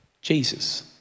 Jesus